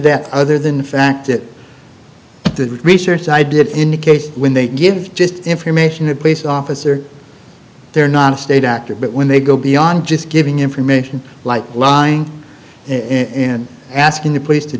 that other than the fact that the research i did indicates when they give just information in place officer they're non state actors but when they go beyond just giving information like lying in asking the police to